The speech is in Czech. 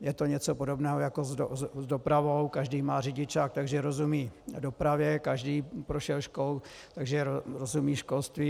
Je to něco podobného jako s dopravou každý má řidičák, takže rozumí dopravě, každý prošel školou, takže rozumí školství.